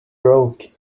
broke